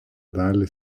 dalį